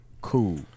Cool